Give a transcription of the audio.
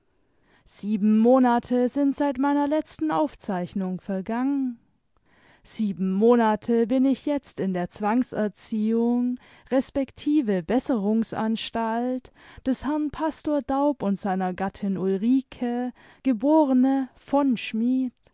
sieben monate sind seit meiner letzten aufzeichnung vergangen sieben monate bin ich jetzt in der zwangserziehung resp besserungsanstalt des herrn pastor daub und seiner gattin ulrike geborene von schmidt